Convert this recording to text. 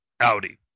Audi